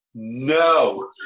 No